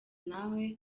nawe